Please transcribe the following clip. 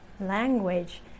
language